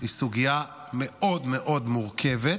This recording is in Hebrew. היא סוגיה מאוד מאוד מורכבת,